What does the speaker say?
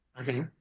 Okay